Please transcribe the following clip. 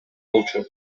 болчу